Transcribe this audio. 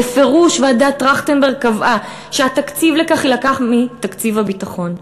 בפירוש ועדת טרכטנברג קבעה שהתקציב לכך יילקח מתקציב הביטחון.